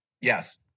Yes